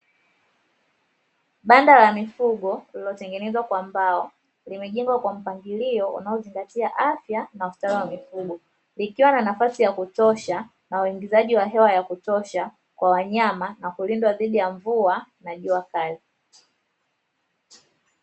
Banda la mifugo lililotengenezwa kwa mbao, limejengwa kwa mpangilio unaozingatia afya na usalama wa mifugo, likiwa na nafasi ya kutosha na uingizaji wa hewa ya kutosha kwa wanyama na kulindwa dhidi ya mvua na jua kali.